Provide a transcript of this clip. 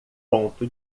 ponto